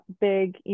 big